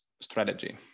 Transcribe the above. strategy